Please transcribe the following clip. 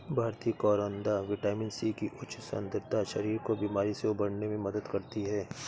भारतीय करौदा vitamin C की उच्च सांद्रता शरीर को बीमारी से उबरने में मदद करती है